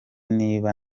niba